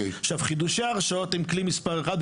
חידושי ההרשאות הם הכלי מספר אחת,